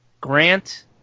Grant